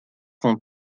font